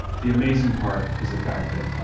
the amazing part, is the fact that